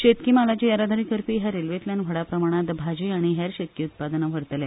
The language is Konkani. शेतकी म्हालाची येरादारी करपी ह्या रेल्वेंतल्यान व्हड प्रमाणांत भाजी आनी हेर शेती उत्पादना व्हरतले